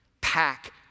pack